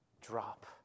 drop